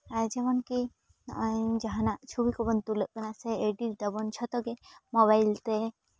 ᱟᱨ ᱡᱮᱢᱚᱱ ᱠᱤ ᱱᱚᱜᱼᱚᱭ ᱡᱟᱦᱟᱱᱟᱜ ᱪᱷᱚᱵᱤ ᱠᱚᱵᱚᱱ ᱛᱩᱞᱟᱹᱜ ᱠᱟᱱᱟ ᱥᱮ ᱮᱰᱤᱴ ᱫᱟᱵᱚᱱ ᱡᱷᱚᱛᱚ ᱜᱮ ᱢᱳᱵᱟᱭᱤᱞ ᱛᱮ